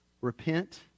Repent